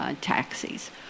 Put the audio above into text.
taxis